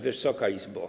Wysoka Izbo!